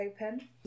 open